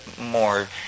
more